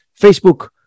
Facebook